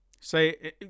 Say